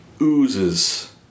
oozes